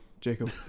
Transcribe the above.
Jacob